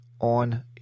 on